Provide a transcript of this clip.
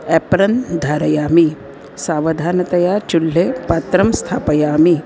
apron धारयामि सावधानतया चुल्हे पात्रं स्थापयामि